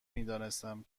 میدانستم